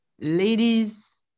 ladies